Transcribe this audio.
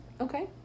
Okay